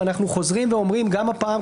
ואנחנו חוזרים ואומרים גם הפעם,